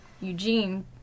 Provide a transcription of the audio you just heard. Eugene